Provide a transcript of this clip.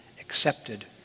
accepted